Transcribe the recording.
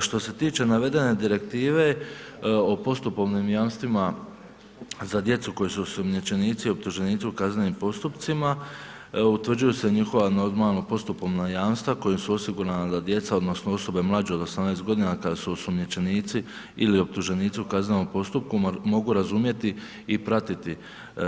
Što se tiče navedene direktive o postupovnim jamstvima za djecu koji su osumnjičenici, optuženici u kaznenim postupcima utvrđuju se njihova normalno postupovna jamstva kojima su osigurana da djeca, odnosno osobe mlađe od 18 godina kada su osumnjičenici ili optuženici u kaznenom postupku mogu razumjeti i pratiti